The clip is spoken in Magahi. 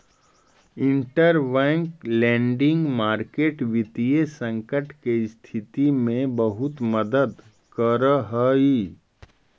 इंटरबैंक लेंडिंग मार्केट वित्तीय संकट के स्थिति में बहुत मदद करऽ हइ